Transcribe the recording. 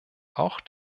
auch